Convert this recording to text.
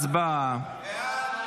הצבעה.